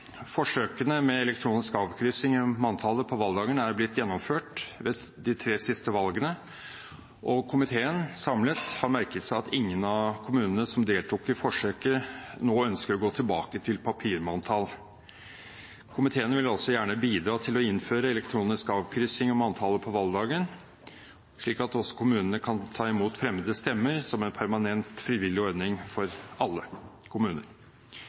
Forsøkene med elektronisk avkryssing i manntallet på valgdagen er blitt gjennomført ved de tre siste valgene. En samlet komité har merket seg at ingen av kommunene som deltok i forsøket, nå ønsker å gå tilbake til papirmanntall. Komiteen vil også gjerne bidra til å innføre elektronisk avkryssing i manntallet på valgdagen, slik at også kommunene kan ta imot fremmede stemmer som en permanent, frivillig ordning for alle kommuner.